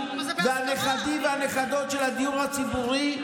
הנכדים והנכדות של הדיור הציבורי,